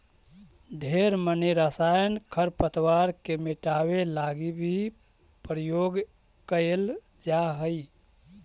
ढेर मनी रसायन खरपतवार के मिटाबे लागी भी प्रयोग कएल जा हई